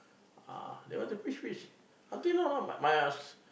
they want to fish fish until now my